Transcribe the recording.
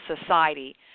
society